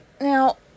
Now